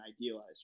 idealized